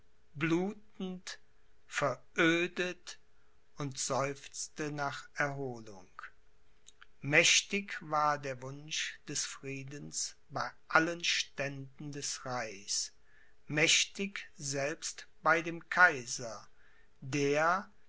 blutend verödet und seufzte nach erholung mächtig war der wunsch des friedens bei allen ständen des reichs mächtig selbst bei dem kaiser der